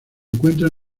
encuentra